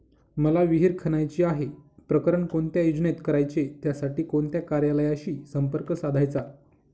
मला विहिर खणायची आहे, प्रकरण कोणत्या योजनेत करायचे त्यासाठी कोणत्या कार्यालयाशी संपर्क साधायचा?